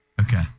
Okay